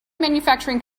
manufacturing